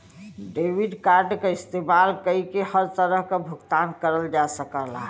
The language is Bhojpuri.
डेबिट कार्ड क इस्तेमाल कइके हर तरह क भुगतान करल जा सकल जाला